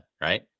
right